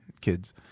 kids